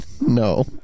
No